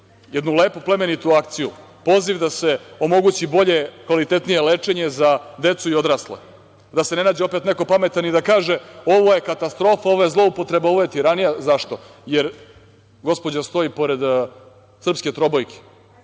jednu lepu plemenitu akciju, poziv da se omogući bolje, kvalitetnije lečenje za decu i odrasle, da se ne nađe opet neko pametan i da kaže – ovo je katastrofa, ovo je zloupotreba, ovo je tiranija. Zašto? Jer gospođa stoji pored srpske trobojke,